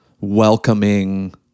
welcoming